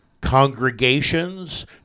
congregations